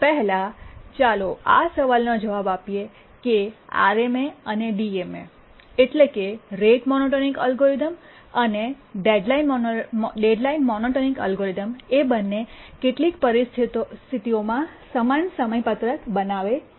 પહેલા ચાલો આ સવાલનો જવાબ આપીએ કે આરએમએ અને ડીએમએ એટલે કે રેટ મોનોટોનિક એલ્ગોરિધમ અને ડેડલાઈન મોનોટોનિક એલ્ગોરિધમ એ બંને કેટલીક પરિસ્થિતિઓમાં સમાન સમયપત્રક બનાવે છે